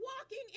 walking